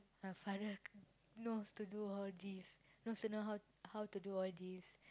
my father knows to do all this knows how how to do all this